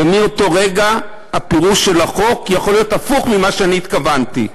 ומאותו רגע הפירוש של החוק יכול להיות הפוך ממה שאני התכוונתי.